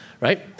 right